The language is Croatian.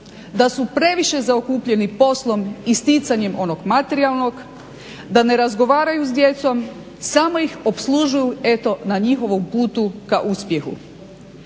da su previše zaokupljeni poslom i sticanjem onog materijalnog, da ne razgovaraju sa djecom, samo ih opslužuju eto na njihovom putu ka uspjehu.